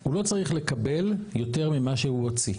הוא לא צריך לקבל יותר ממה שהוא הוציא.